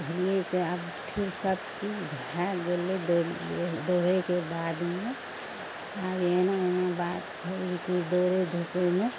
हुएके आब ठीक सब चीज भऽ गेलै दौ दौड़ैके बादमे आब एना एहने ओहने बात छै कि दौड़ै धूपैमे